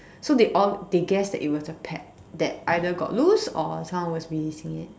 so they all they guess that it was a pet that either got loose or someone was releasing it